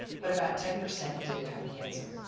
but about ten percent did have cancer.